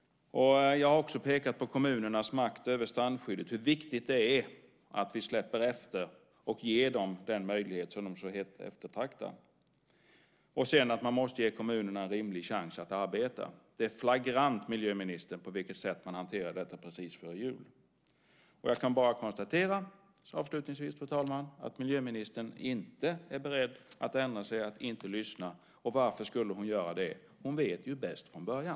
Jag har också pekat på kommunernas makt över strandskyddet och hur viktigt det är att vi släpper efter och ger dem den möjlighet som de så hett eftertraktar. Sedan måste man ge kommunerna en rimlig chans att arbeta. Det är flagrant, miljöministern, på vilket sätt man hanterade detta precis före jul. Fru talman! Avslutningsvis kan jag bara konstatera att miljöministern inte är beredd att ändra sig och inte lyssnar. Och varför skulle hon göra det? Hon vet ju bäst från början.